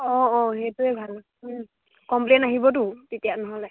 অঁ অঁ সেইটোৱে ভাল কমপ্লেইন আহিবতো তেতিয়া নহ'লে